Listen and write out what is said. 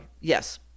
Yes